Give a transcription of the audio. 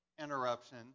interruption